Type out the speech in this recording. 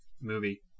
movie